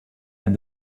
and